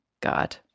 God